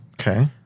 Okay